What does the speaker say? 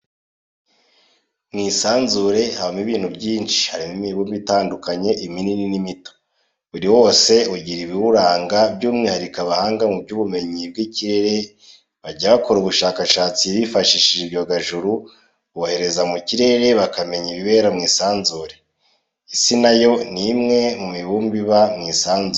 Mu isanzure habamo ibintu byinshi harimo imibumbe itandukanye, iminini n'imito, buri wose ugira ibiwuranga by'umwihariko abahanga mu by'ubumenyi bw'ikirere bajya abakora ubushakashatsi bifashishije ibyogajuru, bohereza mu kirere bakamenya ibibera mu isanzure, Isi na yo ni umwe mu mibumbe iba mu isanzure.